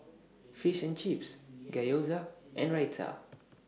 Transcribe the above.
Fish and Chips Gyoza and Raita